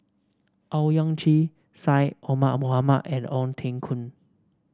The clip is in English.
Owyang Chi Syed Omar Mohamed and Ong Teng Koon